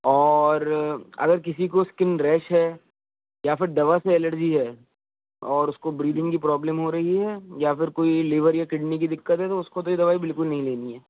اور اگر کسی کو اسکن ریش ہے یا پھر دوا سے الرجی ہے اور اس کو بریدنگ کی پرابلم ہو رہی ہے یا پھر کوئی لیور یا کڈنی کی دقت ہے تو اس کو تو یہ دوائی بالکل نہیں لینی ہے